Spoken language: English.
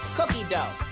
cookie dough!